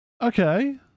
Okay